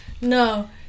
no